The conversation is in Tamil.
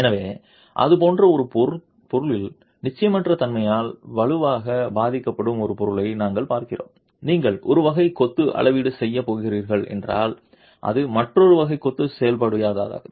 எனவே அது போன்ற ஒரு பொருளில் நிச்சயமற்ற தன்மையால் வலுவாக பாதிக்கப்படும் ஒரு பொருளை நாங்கள் பார்க்கிறோம் நீங்கள் ஒரு வகை கொத்து அளவீடு செய்யப் போகிறீர்கள் என்றால் அது மற்றொரு வகை கொத்து செல்லுபடியாகாது